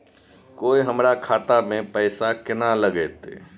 कोय हमरा खाता में पैसा केना लगते?